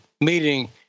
meeting